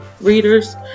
readers